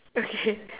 okay